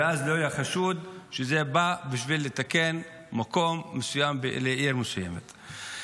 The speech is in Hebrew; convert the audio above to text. ואז לא יהיה חשד שזה בא בשביל לתקן מקום מסוים לעיר מסוימת.